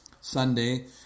Sunday